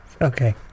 Okay